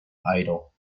idol